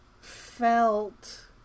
felt